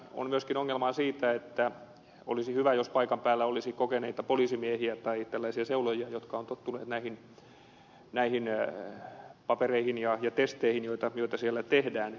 olisi myöskin hyvä jos paikan päällä olisi kokeneita poliisimiehiä tai tällaisia seulojia jotka ovat tottuneet näihin papereihin ja testeihin joita siellä tehdään